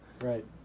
right